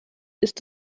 ist